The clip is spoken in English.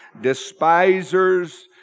despisers